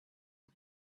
him